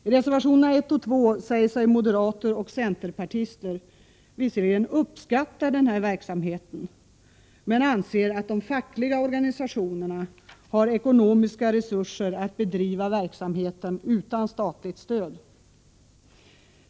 I reservationerna 1 och 2 säger sig moderaterna och centerpartisterna visserligen uppskatta verksamheten, men de anser att de fackliga organisationerna har ekonomiska resurser att bedriva verksamheten utan statligt stöd.